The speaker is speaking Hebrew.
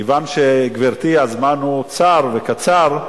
כיוון, גברתי, הזמן הוא צר וקצר,